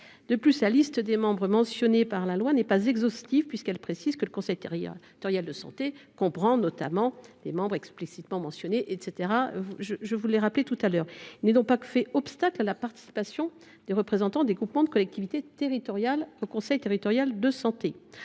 De plus, la liste des membres mentionnés dans le texte n’est pas exhaustive puisqu’il précise que le conseil territorial de santé comprend « notamment » les membres explicitement mentionnés. Il n’est donc pas fait obstacle à la participation de représentants des groupements de collectivités territoriales au conseil territorial de santé.